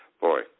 Boy